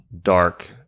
dark